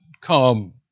come